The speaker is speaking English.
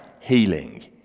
healing